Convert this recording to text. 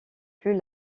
plus